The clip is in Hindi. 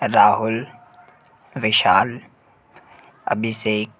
राहुल विशाल अभिषेक